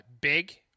big